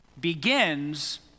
begins